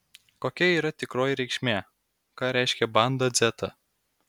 kokia yra tikroji reikšmė ką reiškia banda dzeta